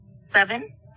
Seven